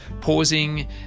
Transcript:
pausing